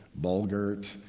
bulgurt